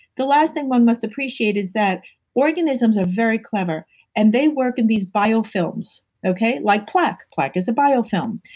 the last thing one must appreciate is that organisms are very clever and they work in these bio films. okay? like plaque. plaque is a biofilm.